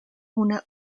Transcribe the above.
una